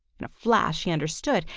in a flash he understood,